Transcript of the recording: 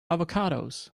avocados